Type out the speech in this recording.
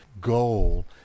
goal